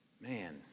Man